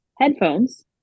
headphones